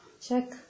check